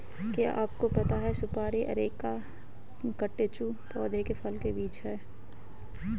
क्या आपको पता है सुपारी अरेका कटेचु पौधे के फल का बीज है?